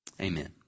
Amen